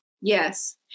yes